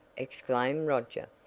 exclaimed roger,